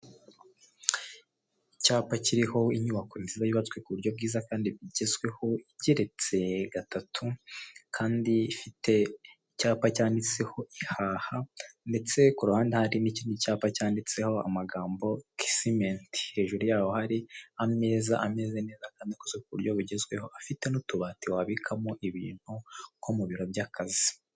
Icyapa kiriho inyubako nziza yubatswe ku buryo bwiza kandi bugezweho igeretse gatatu kandi ifite icyapa cyanditseho Ihaha ndetse ku ruhande hari n'ikindi cyapa cyanditseho amagambo kisimenti hejuru yaho hari ameza ameze neza kandi akoze ku buryo bugezweho afite n'utubati wabikamo ibintu nko mu biro by'akazi.